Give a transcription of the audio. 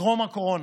טרום הקורונה.